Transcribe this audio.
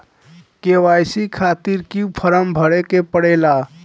KYC खातिर क्यूं form भरे के पड़ेला?